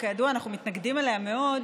שכידוע אנחנו מתנגדים לה מאוד: